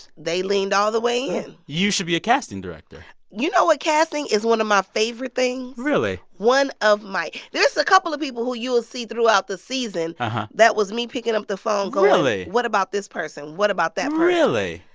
they leaned all the way in you should be a casting director you know what? casting is one of my favorite things really? one of my there's a couple of people who you'll see throughout the season that was me picking up the phone, going. really. what about this person? what about that person? really?